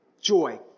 Joy